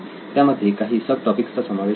त्यामध्ये काही sub topics चा समावेश होता